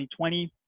2020